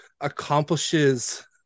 accomplishes